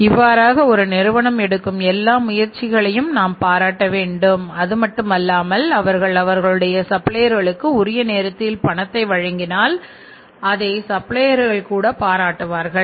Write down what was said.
இவ்வாறாக ஒரு நிறுவனம் எடுக்கும் எல்லா முயற்சிகளையும் நாம் பாராட்ட வேண்டும் அது மட்டுமல்லாமல் அவர்கள் அவர்களுடைய சப்ளையர்களுக்கு உரிய நேரத்தில் பணத்தை வழங்கினால் அதை சப்ளையர்கள் கூட பாராட்டுவார்கள்